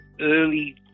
early